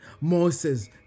Moses